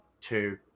two